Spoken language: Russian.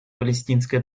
палестинской